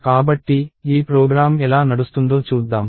కాబట్టి ఈ ప్రోగ్రామ్ ఎలా నడుస్తుందో చూద్దాం